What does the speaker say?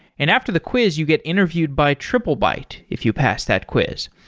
and after the quiz, you get interviewed by triplebyte if you pass that quiz.